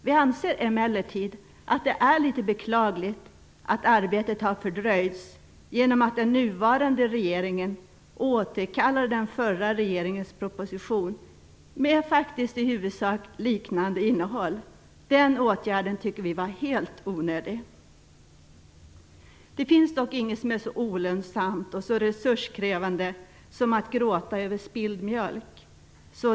Vi anser emellertid att det är litet beklagligt att arbetet har fördröjts genom att den nuvarande regeringen återkallar den förra regeringens proposition, som faktiskt i huvudsak hade liknande innehåll. Den åtgärden tycker vi var helt onödig. Det finns dock ingenting som är så olönsamt och så resurskrävande som att gråta över spilld mjölk.